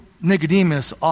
Nicodemus